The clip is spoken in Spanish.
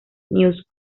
news